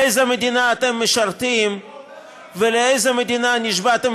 איזו מדינה אתם משרתים ולאיזו מדינה נשבעתם